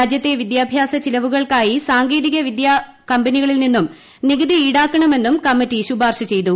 രാജ്യത്തെ വിദ്യാഭ്യാസ ചിലവുകൾക്കായി സാങ്കേതിക വിദ്യാ കമ്പനികളിൽ നിന്നും നികുതി ഈടാക്ക്ണമെന്നും കമ്മറ്റി ശുപാർശ ചെയ്തു